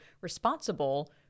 responsible